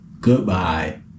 goodbye